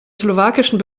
slowakischen